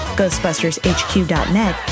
ghostbustershq.net